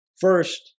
first